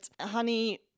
honey